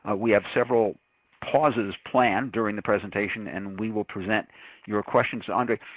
ah we have several pauses planned during the presentation, and we will present your questions to andre.